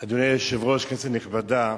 היושב-ראש, כנסת נכבדה,